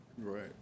Right